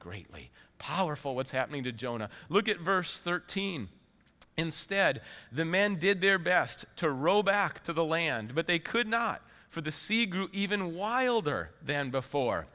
greatly powerful what's happening to jonah look at verse thirteen instead the men did their best to row back to the land but they could not for the see even wilder than before